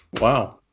Wow